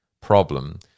problem